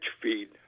feed